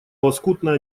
лоскутное